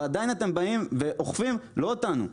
ועדיין אתם באים ואוכפים לא אותנו,